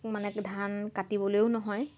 মানে ধান কাটিবলৈয়ো নহয়